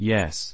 Yes